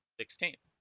sixteen